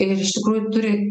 ir iš tikrųjų turi